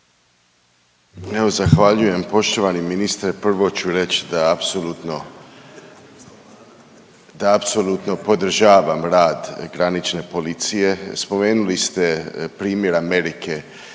zahvaljujem. Poštovani ministre prvo ću reći da apsolutno, da apsolutno podržavam rad granične policije. Spomenuli ste primjer Amerike,